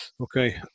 Okay